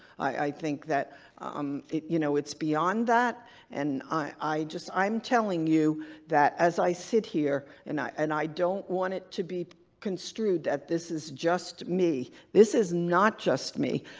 i think that um you know it's beyond that and i just. i'm telling you that as i sit here and i and i don't want it to be construed that this is just me. this is not just me.